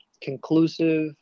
conclusive